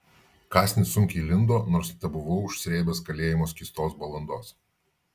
kąsnis sunkiai lindo nors tebuvau užsrėbęs kalėjimo skystos balandos